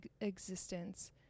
existence